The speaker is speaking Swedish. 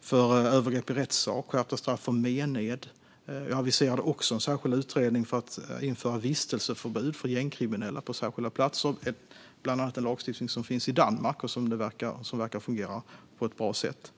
för övergrepp i rättssak och om skärpta straff för mened. Vi aviserade också en särskild utredning om vistelseförbud för gängkriminella på särskilda platser, en lagstiftning som finns ibland annat Danmark och som verkar fungera på ett bra sätt.